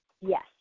Yes